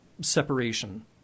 separation